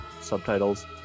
subtitles